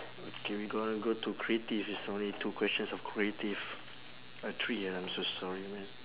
okay we gonna go to creative it's only two questions of creative uh three I'm so sorry man